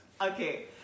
Okay